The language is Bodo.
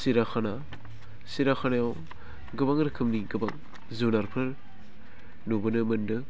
सिराखाना सिराखानायाव गोबां रोखोमनि गोबां जुनारफोर नुबोनो मोन्दों